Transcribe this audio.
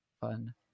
fun